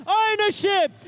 ownership